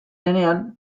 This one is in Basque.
denean